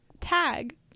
Tag